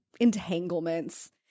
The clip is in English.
entanglements